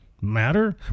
Matter